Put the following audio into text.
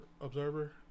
Observer